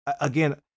again